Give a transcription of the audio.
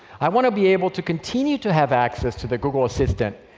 i want to be able to continue to have access to the google assistant,